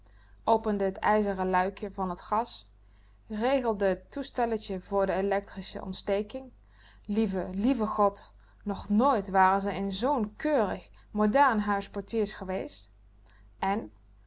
opende t ijzeren luikje van t gas regelde t toestelletje voor de electrische ontsteking lieve lieve god nog nit waren ze in zoo'n keurig modern huis portiers geweest en